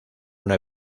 una